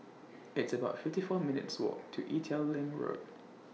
It's about fifty four minutes' Walk to Ee Teow Leng Road